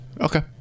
Okay